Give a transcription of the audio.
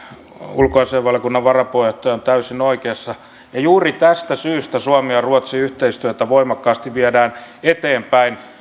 ulkoasiainvaliokunnan varapuheenjohtaja on täysin oikeassa ja juuri tästä syystä suomen ja ruotsin yhteistyötä voimakkaasti viedään eteenpäin